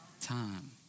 Time